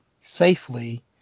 safely